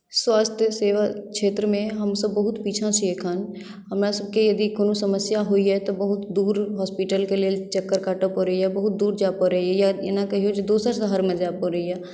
स्वास्थ्य सेवा क्षेत्रमे हमसभ बहुत पीछा छी एखन हमरासभके यदि कोनो समस्या होइए तऽ बहुत दूर हॉस्पिटलके लेल चक्कर काटय पड़ैए बहुत दूर जाय पड़ैए या एना कहियौ जे दोसर शहरमे जाय पड़ैए